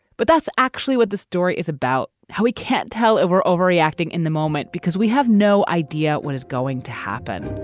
but that's actually what the story is about, how we can't tell over overreacting in the moment because we have no idea when it's going to happen